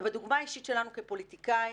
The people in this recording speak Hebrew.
ובדוגמה אישית שלנו כפוליטיקאים,